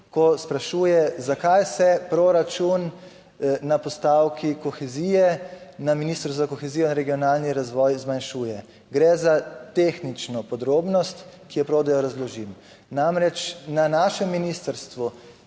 ki sprašujeta, zakaj se proračun na postavki kohezije na Ministrstvu za kohezijo in regionalni razvoj zmanjšuje. Gre za tehnično podrobnost, ki je prav, da jo razložim. Namreč, na našem ministrstvu